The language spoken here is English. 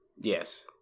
yes